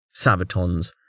Sabatons